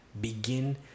begin